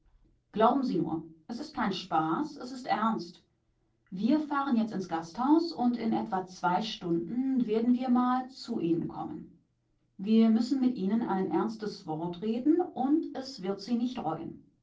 glauben sie nur es ist kein spaß es ist ernst wir fahren jetzt ins gasthaus und in etwa zwei stunden werden wir mal zu ihnen kommen wir müssen mit ihnen ein ernstes wort reden und es wird sie nicht reuen